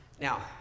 Now